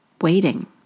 waiting